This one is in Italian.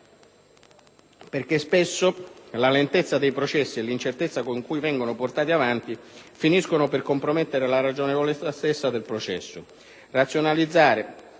perché spesso la lentezza dei processi e l'incertezza con cui vengono portati avanti finiscono per compromettere la ragionevolezza stessa del processo.